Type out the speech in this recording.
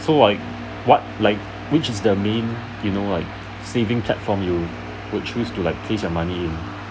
so like what like which is the main you know like saving platform you would choose to like place your money in